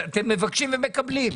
אתם מבקשים ומקבלים.